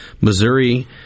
Missouri